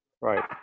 Right